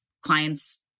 clients